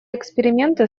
эксперименты